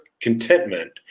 contentment